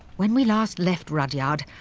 when we last left rudyard,